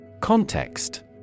Context